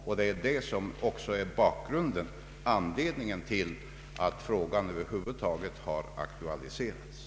Det är också detta som är anledningen till att frågan om möjlighet till tidigare pensionering över huvud taget har aktualiserats.